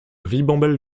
ribambelle